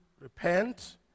repent